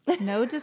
No